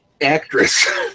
actress